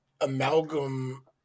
amalgam